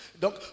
Donc